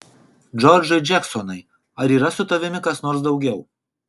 džordžai džeksonai ar yra su tavimi kas nors daugiau